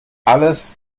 alles